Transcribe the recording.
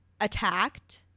attacked